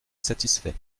satisfaits